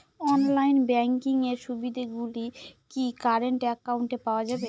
Online banking এর সুবিধে গুলি কি কারেন্ট অ্যাকাউন্টে পাওয়া যাবে?